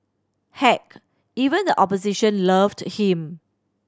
heck even the opposition loved him